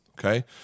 Okay